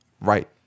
Right